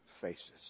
faces